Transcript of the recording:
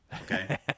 Okay